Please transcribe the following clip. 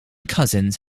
cousins